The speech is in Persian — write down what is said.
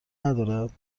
ندارد